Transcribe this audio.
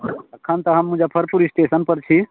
एखन तऽ हम मुजफ्फरपुर स्टेशनपर छी